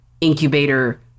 incubator